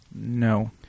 no